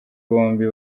bombi